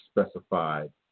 specified